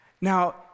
Now